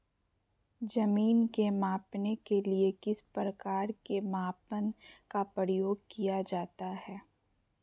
जमीन के मापने के लिए किस प्रकार के मापन का प्रयोग किया जाता है?